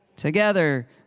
Together